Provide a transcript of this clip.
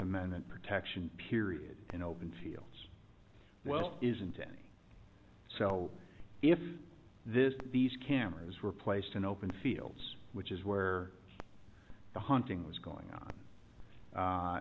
amendment protection period in open fields well isn't any so if this these cameras were placed in open fields which is where the hunting was going on